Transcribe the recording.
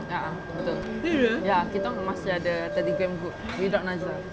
a'ah betul ya kita orang masih ada telegram group without najlah